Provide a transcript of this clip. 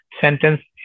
sentence